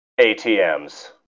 ATMs